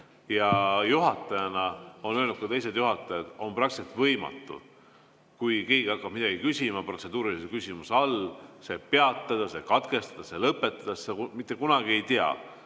Ja juhatajana – seda on öelnud ka teised juhatajad – on praktiliselt võimatu, kui keegi hakkab midagi küsima protseduurilise küsimuse all, see peatada, see katkestada, see lõpetada, sest sa mitte kunagi ei tea,